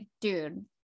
dude